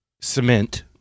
cement